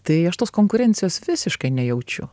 tai aš tos konkurencijos visiškai nejaučiu